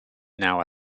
now